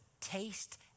taste